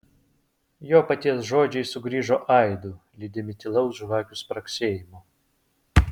jo paties žodžiai sugrįžo aidu lydimi tylaus žvakių spragsėjimo